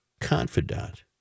confidant